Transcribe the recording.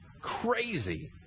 crazy